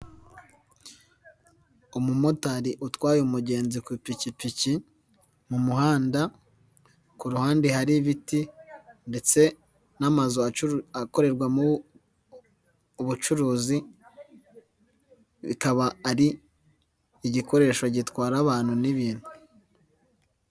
Umumotari utwaye umugenzi ku ipikipiki mu muhanda, ku ruhande hari ibiti ndetse n'amazu akorerwamo ubucuruzi, bikaba ari igikoresho gitwara abantu n'ibintu.